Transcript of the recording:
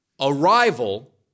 Arrival